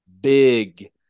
big